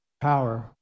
power